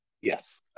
Yes